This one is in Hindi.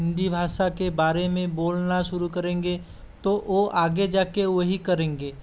हिंदी भाषा के बारे में बोलना शुरू करेंगे तो वह आगे जाकर वही करेंगे